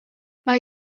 mae